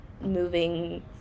moving